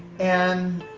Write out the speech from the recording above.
and